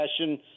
fashion